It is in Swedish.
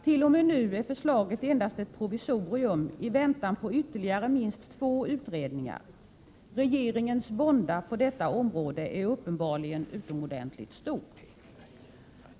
T. o. m. nu är förslaget endast ett provisorium, i väntan på ytterligare minst två utredningar. Regeringens vånda på detta område är uppenbarligen utomordentligt stor.